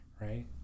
Right